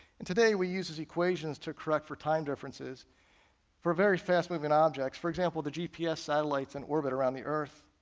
and today we use his equations to correct for time differences for very fast moving objects, for example the gps satellites in orbit around the earth.